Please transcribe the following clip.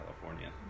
California